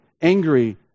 angry